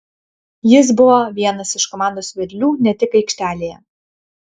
jis buvo vienas iš komandos vedlių ne tik aikštelėje